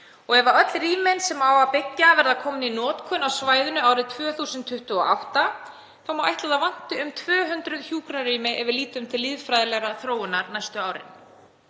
Ef öll rýmin sem á að byggja verða komin í notkun á svæðinu árið 2028 má ætla að það vanti um 200 hjúkrunarrými ef við lítum til lýðfræðilegrar þróunar næstu árin.